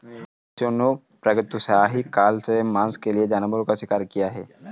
मनुष्यों ने प्रागैतिहासिक काल से मांस के लिए जानवरों का शिकार किया है